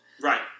Right